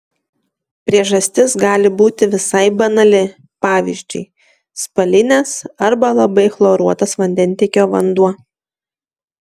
priežastis gali būti visai banali pavyzdžiui spalinės arba labai chloruotas vandentiekio vanduo